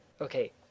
okay